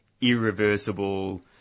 irreversible